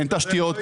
אין תשתיות.